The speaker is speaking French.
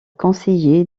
conseiller